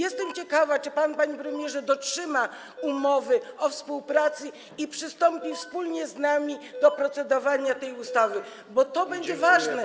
Jestem ciekawa, czy pan, panie premierze, dotrzyma umowy o współpracy i przystąpi wspólnie z nami do procedowania nad tą ustawą, bo to będzie ważne.